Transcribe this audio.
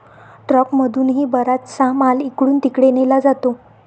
ट्रकमधूनही बराचसा माल इकडून तिकडे नेला जातो